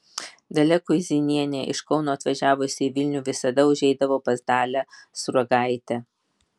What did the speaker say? dalia kuizinienė iš kauno atvažiavusi į vilnių visada užeidavo pas dalią sruogaitę